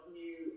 new